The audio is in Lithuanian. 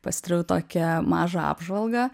pasidariau tokią mažą apžvalgą